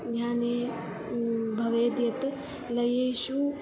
ध्याने भवेत् यत् लये